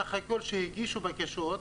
מסך הכול שהגישו בקשות,